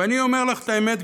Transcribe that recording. ואני אומר לך את האמת,